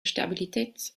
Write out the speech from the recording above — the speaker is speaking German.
stabilität